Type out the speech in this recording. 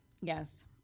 Yes